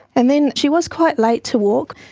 and then she was quite late to walk.